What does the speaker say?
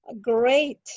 great